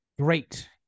great